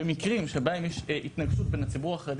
במקרים שבהם יש התנגדות בין הציבור החרדי